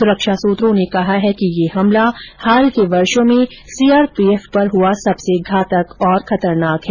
सुरक्षा सूत्रों ने कहा है कि यह हमला हाल के वर्षों में सी आर पी एफ पर हुआ सबसे घातक और खतरनाक है